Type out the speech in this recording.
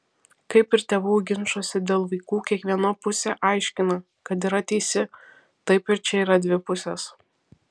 kaip ir tėvų ginčuose dėl vaikų kiekviena pusė aiškina kad yra teisi taip ir čia yra dvi pusės